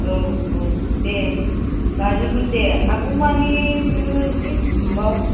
औ औ दे लाजोबगोन दे हागौमानि नोङो एसे बुथुमबाव